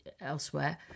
elsewhere